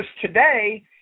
today